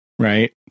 Right